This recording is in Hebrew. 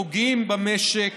פוגעים במשק